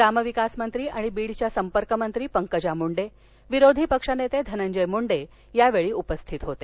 ग्रामविकासमंत्री आणि बीडच्या संपर्क मंत्री पंकजा मुंडे विरोधी पक्षनेते धनंजय मुंडे या वेळी उपस्थित होते